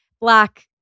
black